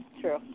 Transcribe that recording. True